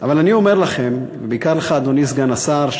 אבל אני אומר לכם, בעיקר לך, אדוני סגן השר,